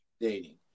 dating